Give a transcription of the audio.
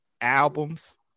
albums